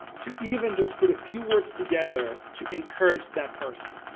to even just put a few words together, to encourage that person.